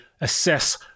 assess